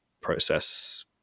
process